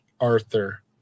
Arthur